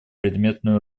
предметную